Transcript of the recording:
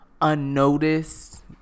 Unnoticed